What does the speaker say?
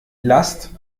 lasst